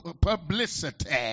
publicity